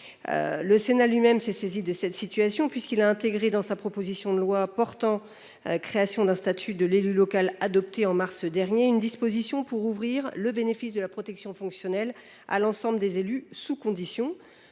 Le Sénat s’est lui même saisi de cette situation, puisqu’il a intégré, dans sa proposition de loi portant création d’un statut de l’élu local, adoptée en mars dernier, une disposition ouvrant le bénéfice de la protection fonctionnelle à l’ensemble des élus, sous conditions.